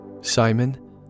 Simon